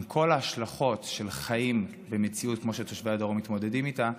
עם כל ההשלכות של חיים במציאות כמו שתושבי הדרום מתמודדים איתה,